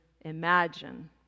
imagine